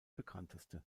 bekannteste